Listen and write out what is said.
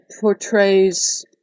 portrays